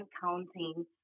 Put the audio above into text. counting